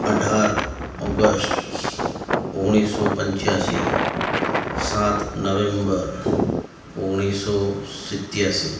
અઢાર ઓગષ્ટ ઓગણીસો પંચ્યાશી સાત નવેમ્બર ઓગણીસો સત્યાશી